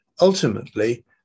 Ultimately